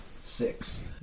six